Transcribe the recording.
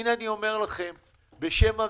אתם רוצים,